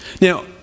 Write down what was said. Now